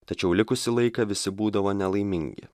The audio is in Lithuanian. tačiau likusį laiką visi būdavo nelaimingi